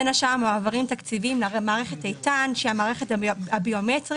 בין השאר מועברים תקציבים למערכת איתן שהיא המערכת הביומטרית